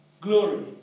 Glory